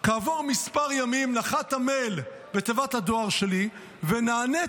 כעבור כמה ימים נחת המייל בתיבת הדואר שלי ונעניתי